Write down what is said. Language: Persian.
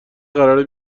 قراره